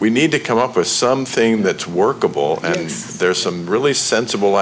we need to come up with something that's workable and there's some really sensible